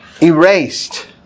erased